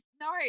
no